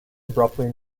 abruptly